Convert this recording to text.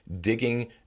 digging